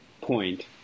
point